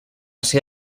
ser